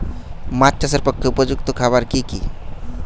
মাছ চাষের পক্ষে উপযুক্ত খাবার কি কি?